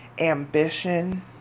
ambition